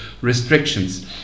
restrictions